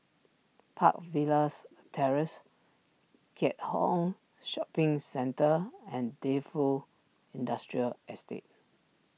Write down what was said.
Park Villas Terrace Keat Hong Shopping Centre and Defu Industrial Estate